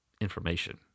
information